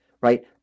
right